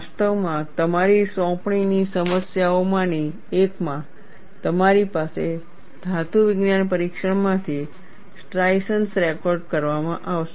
વાસ્તવમાં તમારી સોંપણીની સમસ્યાઓમાંની એકમાં તમારી પાસે ધાતુવિજ્ઞાન પરીક્ષણમાંથી સ્ટ્રાઇશન્સ રેકોર્ડ કરવામાં આવશે